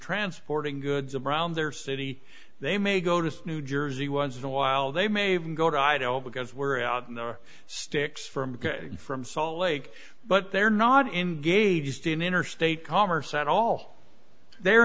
transporting goods around their city they may go to new jersey was in a while they may even go to i don't because we're out in the sticks from from salt lake but they're not engaged in interstate commerce at all they're